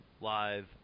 live